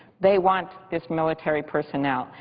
they want this military personnel.